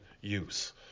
use